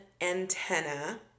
antenna